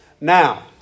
now